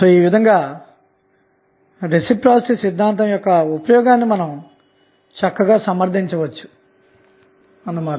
ఈ విధంగా రెసిప్రొసీటీ సిద్ధాంతం యొక్క ఉపయోగాన్ని మనం సమర్ధించవచ్చు అన్న మాట